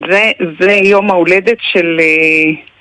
זה, זה יום ההולדת של...